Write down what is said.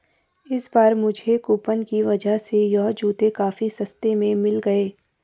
इस बार मुझे कूपन की वजह से यह जूते काफी सस्ते में मिल गए